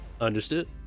Understood